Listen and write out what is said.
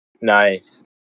Nice